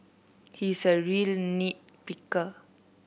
he is a really nit picker